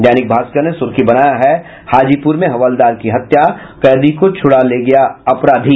दैनिक भास्कर ने सुर्खी बनाया है हाजीपुर में हवलदार की हत्या कैदी को छुड़ा ले गया अपराधी